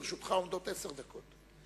לרשותך עומדות עשר דקות,